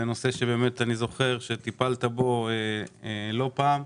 אני זוכר שזה נושא שטיפלת בו לא פעם.